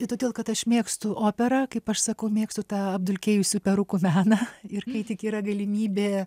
tai todėl kad aš mėgstu operą kaip aš sakau mėgstu tą apdulkėjusių perukų meną ir kai tik yra galimybė